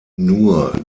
nur